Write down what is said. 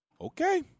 Okay